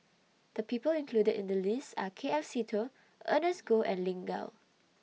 The People included in The list Are K F Seetoh Ernest Goh and Lin Gao